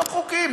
לא חוקיים.